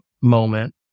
moment